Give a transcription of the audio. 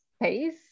space